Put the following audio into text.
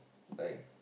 like